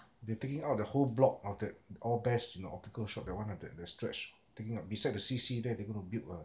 they taking out the whole block of that All Best the optical shop that [one] ah that that stretch thing ah beside the C_C there they're going to build a